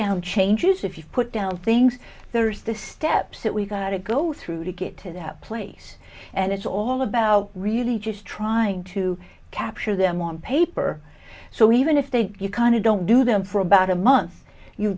down changes if you put down things there's the steps that we've gotta go through to get to that place and it's all about really just trying to capture them on paper so even if they you kind of don't do them for about a month you